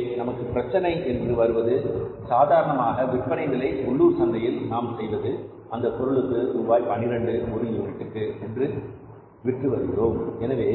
இங்கே நமக்கு பிரச்சினை என்று வருவது சாதாரணமாக விற்பனை விலை உள்ளூர் சந்தையில் நாம் செய்வது அந்தப் பொருளுக்கு ரூபாய் 12 ஒரு யூனிட்டுக்கு என்று விற்று வருகிறோம் எனவே